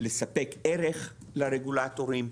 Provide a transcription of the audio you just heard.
לספק ערך לרגולטורים.